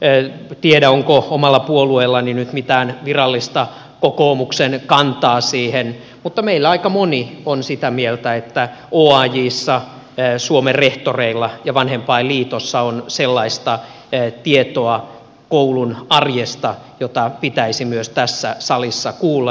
en tiedä onko omalla puolueellani nyt mitään virallista kokoomuksen kantaa siihen mutta meillä aika moni on sitä mieltä että oajssa suomen rehtoreilla ja vanhempainliitossa on koulun arjesta sellaista tietoa jota pitäisi myös tässä salissa kuulla